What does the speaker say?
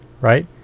right